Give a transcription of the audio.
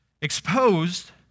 exposed